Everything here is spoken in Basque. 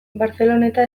barceloneta